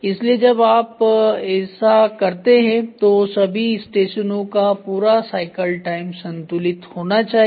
इसलिए जब आप ऐसा करते हैं तो सभी स्टेशनों का पूरा साइकिल टाइम संतुलित होना चाहिए